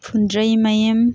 ꯐꯨꯟꯗ꯭ꯔꯩ ꯃꯌꯨꯝ